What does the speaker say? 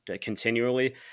continually